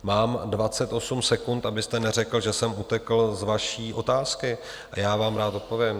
Mám 28 sekund, abyste neřekl, že jsem utekl z vaší otázky, a já vám rád odpovím.